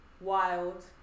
wild